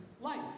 life